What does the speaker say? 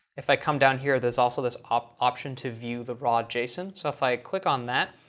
if i come down here, there's also this up option to view the raw json. so if i click on that,